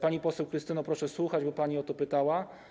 Pani poseł Krystyno, proszę słuchać, bo pani o to pytała.